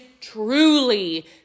truly